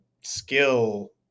skill